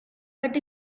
but